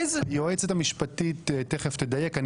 היועצת המשפטית תכף תדייק.